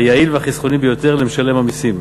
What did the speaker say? היעיל והחסכוני ביותר למשלם המסים.